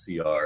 CR